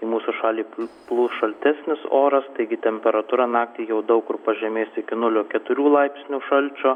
į mūsų šalį plūs šaltesnis oras taigi temperatūra naktį jau daug kur pažemės iki nulio keturių laipsnių šalčio